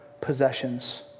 possessions